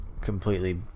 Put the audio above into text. completely